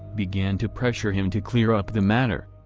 began to pressure him to clear up the matter.